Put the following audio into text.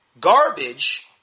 garbage